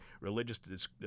religious